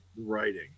writing